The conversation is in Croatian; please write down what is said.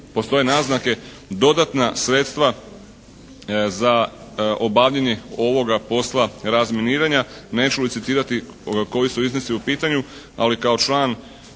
postoje naznake, dodatna sredstva za obavljanje ovoga posla razminiranja. Neću licitirati koji su iznosi u pitanju, ali kao član